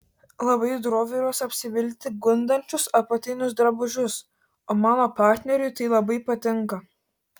labai droviuosi apsivilkti gundančius apatinius drabužius o mano partneriui tai labai patinka